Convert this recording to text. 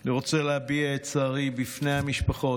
אני רוצה להביע את צערי בפני המשפחות